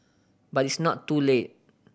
but it's not too late